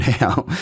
now